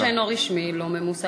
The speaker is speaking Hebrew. מוכר שאינו רשמי לא ממומן.